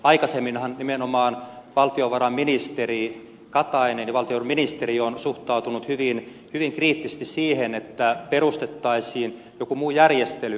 aikaisemminhan nimenomaan valtiovarainministeri katainen ja valtiovarainministeriö ovat suhtautuneet hyvin kriittisesti siihen että perustettaisiin joku muu järjestely